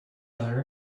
other